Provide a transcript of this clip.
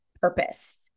purpose